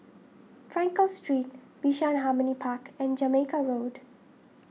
Frankel Street Bishan Harmony Park and Jamaica Road